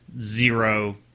Zero